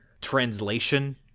translation